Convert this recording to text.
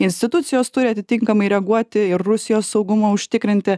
institucijos turi atitinkamai reaguoti ir rusijos saugumą užtikrinti